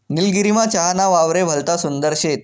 निलगिरीमा चहा ना वावरे भलता सुंदर शेत